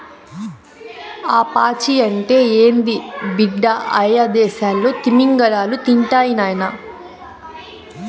ఆ పాచి అంటే ఏంది బిడ్డ, అయ్యదేసాల్లో తిమింగలాలు తింటాయి నాయనా